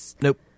Nope